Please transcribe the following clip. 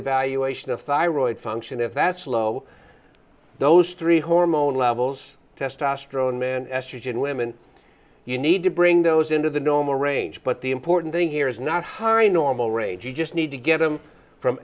evaluation of thyroid function if that's low those three hormone levels testosterone men estrogen women you need to bring those into the normal range but the important thing here is not high normal range you just need to get them from